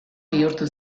bihurtu